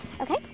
Okay